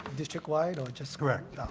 district wide or just correct.